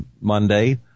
Monday